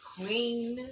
Queen